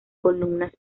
columnas